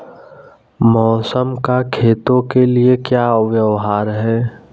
मौसम का खेतों के लिये क्या व्यवहार है?